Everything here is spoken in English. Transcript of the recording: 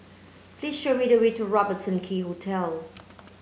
please show me the way to Robertson Quay Hotel